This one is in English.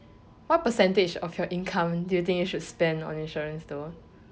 what percentage of your income you think you should spend on insurance though